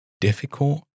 difficult